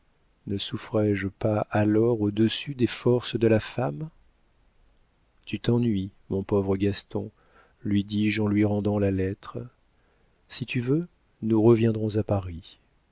ne souffrais je pas alors au-dessus des forces de la femme tu t'ennuies mon pauvre gaston lui dis-je en lui rendant la lettre si tu veux nous reviendrons à paris